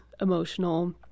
emotional